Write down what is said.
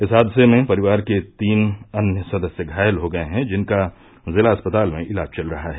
इस हादसे में परिवार के तीन अन्य सदस्य घायल हो गये हैं जिनका जिला अस्पताल में इलाज चल रहा है